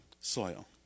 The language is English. Soil